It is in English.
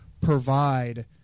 provide